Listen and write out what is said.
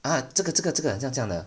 啊这个这个这个很像这样的